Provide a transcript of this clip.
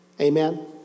Amen